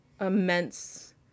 immense